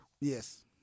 Yes